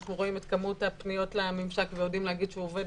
אנחנו רואים את כמות הפניות לממשק ויודעים להגיד שהוא עובד